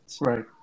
Right